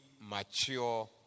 mature